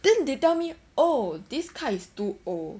then they tell me oh this card is too old